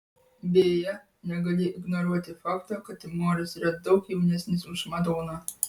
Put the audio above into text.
beje negali ignoruoti fakto kad timoras yra daug jaunesnis už madoną